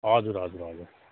हजुर हजुर हजुर